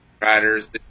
riders